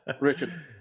Richard